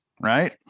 right